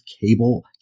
Cable